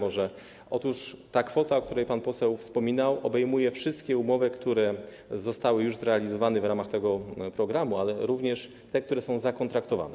Otóż kwota, o której pan poseł wspominał, obejmuje wszystkie umowy, które zostały już zrealizowane w ramach tego programu, ale również te, które są zakontraktowane.